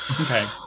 Okay